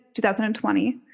2020